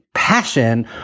passion